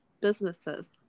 businesses